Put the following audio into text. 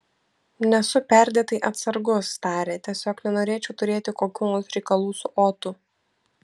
nesu perdėtai atsargus tarė tiesiog nenorėčiau turėti kokių nors reikalų su otu